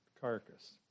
carcass